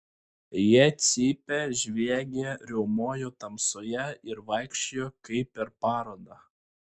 jie cypė žviegė riaumojo tamsoje ir vaikščiojo kaip per parodą